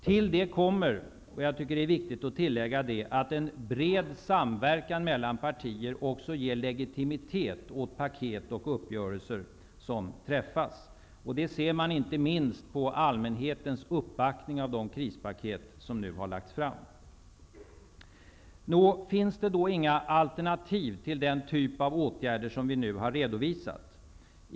Till det kommer -- jag tycker att det är viktigt att tillägga det -- att en bred samverkan mellan partier också ger legitimitet åt paket och uppgörelser som träffas. Det ser man inte minst på allmänhetens uppbackning av de krispaket som nu har lagts fram. Finns det då inga alternativ till den typ av åtgärder som vi nu har redovisat?